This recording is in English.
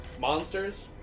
monsters